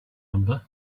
number